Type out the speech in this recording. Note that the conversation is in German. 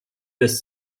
des